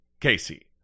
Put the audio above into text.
casey